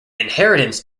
inheritance